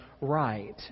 right